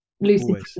lucid